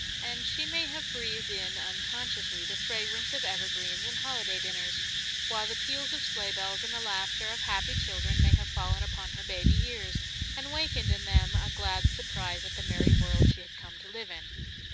and she may have breathed-in unconsciously the fragrance of evergreens and holiday dinners while the peals of sleigh-bells and the laughter of happy children may have fallen upon her baby ears and wakened in them a glad surprise at the merry world she had come to live in.